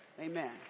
Amen